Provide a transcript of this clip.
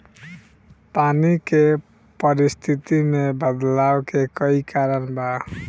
पानी के परिस्थिति में बदलाव के कई कारण बा